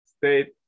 state